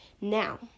Now